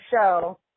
show